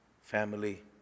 family